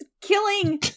Killing